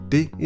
Det